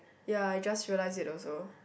ya I just realise it also